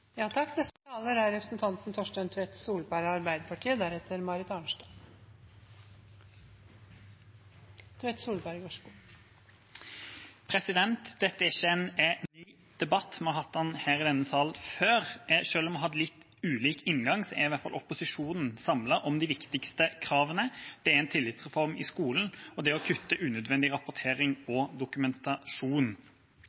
Dette er ikke en ny debatt, vi har hatt den her i denne salen før. Selv om vi har hatt litt ulik inngang, er i hvert fall opposisjonen samlet om de viktigste kravene: en tillitsreform i skolen og det å kutte unødvendig rapportering og